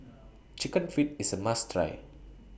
Chicken Feet IS A must Try